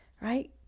right